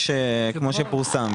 מה שפורסם.